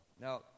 Now